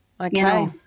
okay